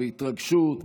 בהתרגשות,